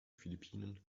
philippinen